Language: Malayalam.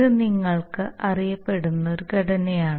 ഇത് നിങ്ങൾക്ക് അറിയപ്പെടുന്ന ഒരു ഘടനയാണ്